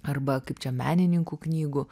arba kaip čia menininkų knygų